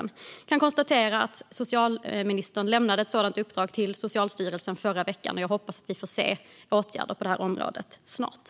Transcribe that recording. Jag kan konstatera att socialministern lämnade ett sådant uppdrag till Socialstyrelsen förra veckan, och jag hoppas att vi får se åtgärder på det här området snart.